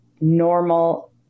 normal